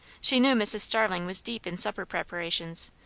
she knew mrs. starling was deep in supper preparations,